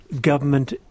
government